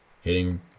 hitting